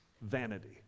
vanity